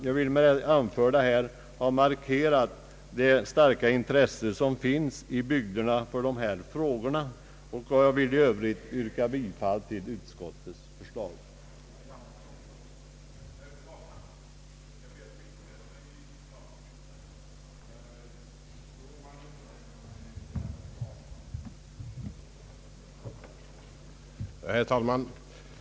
Jag vill med det anförda markera det starka intresse som finns i bygderna för dessa frågor, och jag vill i övrigt yrka bifall till utskottets hemställan.